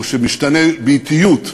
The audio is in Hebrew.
או שמשתנה באטיות,